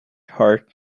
heart